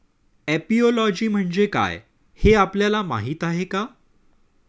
Apiology म्हणजे काय, हे आपल्याला माहीत आहे का?